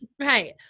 Right